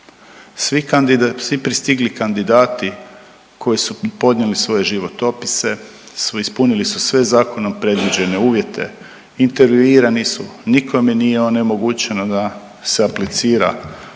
Svi pristigli kandidati koji podnijeli svoje životopise su ispunili su sve zakonom predviđene uvjete, intervjuirani su, nikome nije onemogućeno da se aplicira,